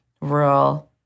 rural